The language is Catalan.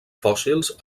fòssils